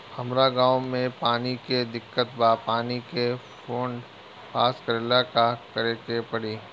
हमरा गॉव मे पानी के दिक्कत बा पानी के फोन्ड पास करेला का करे के पड़ी?